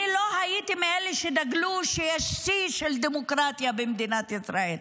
אני לא הייתי מאלה שדגלו שיש שיא של דמוקרטיה במדינת ישראל.